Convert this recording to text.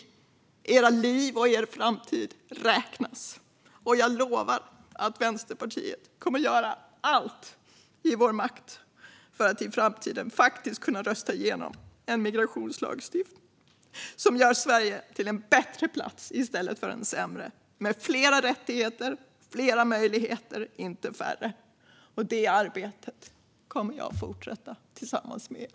Era liv och er framtid räknas. Jag lovar att vi i Vänsterpartiet kommer att göra allt i vår makt för att i framtiden faktiskt kunna rösta igenom en migrationslagstiftning som gör Sverige till en bättre plats i stället för en sämre, med fler rättigheter och möjligheter i stället för färre. Det arbetet kommer jag att fortsätta tillsammans med er.